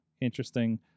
interesting